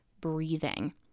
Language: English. breathing